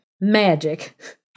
Magic